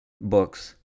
books